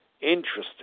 Interesting